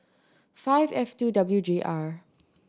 five F two W J R